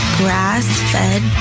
grass-fed